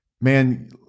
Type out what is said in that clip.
man